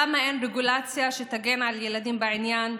למה אין רגולציה שתגן על ילדים בעניין?